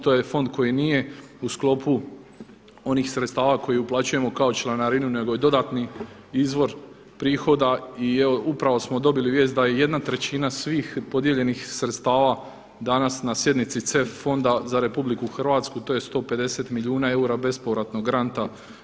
To je fond koji nije u sklopu onih sredstava koji uplaćujemo kao članarinu nego je dodatni izvor prihoda i upravo smo dobili vijest da je 1/3 svih podijeljenih sredstava danas na sjednici CEF fonda za RH to je 150 milijuna eura bespovratnog granta.